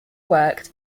worked